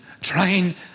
trying